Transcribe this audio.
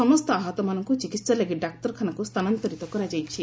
ସମସ୍ତ ଆହତମାନଙ୍କୁ ଚିକିତ୍ସା ଲାଗି ଡାକ୍ତରଖାନାକୁ ସ୍ଥାନାନ୍ତରିତ କରାଯାଇଛି